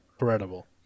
Incredible